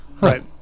right